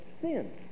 sin